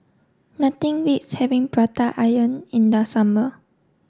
nothing beats having prata onion in the summer